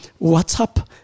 WhatsApp